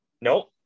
Nope